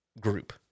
group